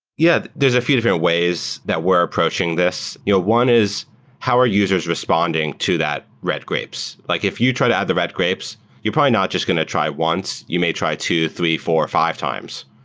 yeah. there's a few different ways that we're approaching this. you know one is how are users responding to that red grapes? like if you try to add the red grapes, you probably not just going to try once. you may try two, three, four, five times.